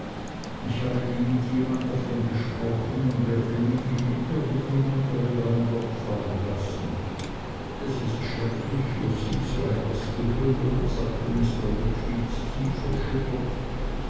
ich habe nie mit jemand davon gesprochen und werde nie gegen irgend jemand darüber ein wort fallen lassen es ist schrecklich für sie so etwas zu hören sagte mr wickfield tief erschüttert